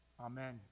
Amen